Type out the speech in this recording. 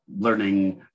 learning